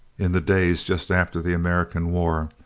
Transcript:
in the days just after the american war,